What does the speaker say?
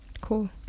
Cool